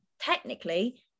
technically